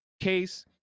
case